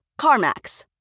CarMax